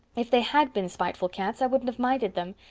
if they had been spiteful cats i wouldn't have minded them.